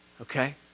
okay